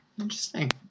Interesting